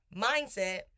mindset